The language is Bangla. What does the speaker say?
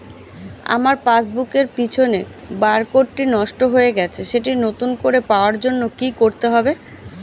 আমার পাসবুক এর পিছনে বারকোডটি নষ্ট হয়ে গেছে সেটি নতুন করে পাওয়ার জন্য কি করতে হবে?